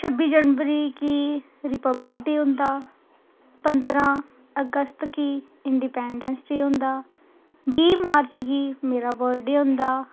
छब्बी जनवरी गी रिपब्लिक डे होंदा पंद्रहां अगस्त गी इंडिपैंडस डे होंदा बीऽ मार्च गी मेरा बडे होंदा